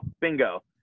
Bingo